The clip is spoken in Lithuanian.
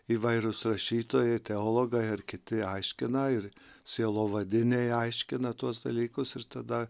įvairūs rašytojai teologai ar kiti aiškina ir sielovadiniai aiškina tuos dalykus ir tada